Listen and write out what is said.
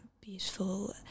beautiful